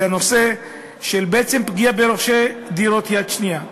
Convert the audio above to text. וזה הנושא של פגיעה ברוכשי דירות יד שנייה.